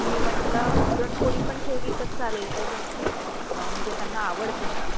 मी म्हटलं पुरणपोळी पण ठेवली तर चालेल काय त्यांची म्हणजे त्यांना आवडते ना